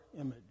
image